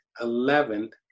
eleventh